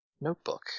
notebook